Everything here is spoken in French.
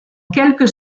quelques